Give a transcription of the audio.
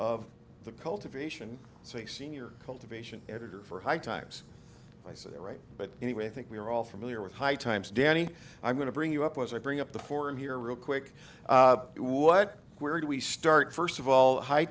of the cultivation so a senior cultivation editor for high times i say right but anyway i think we're all familiar with high times danny i'm going to bring you up as i bring up the forum here real quick what where do we start first of all high